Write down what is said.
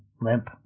limp